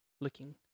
Looking